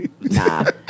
Nah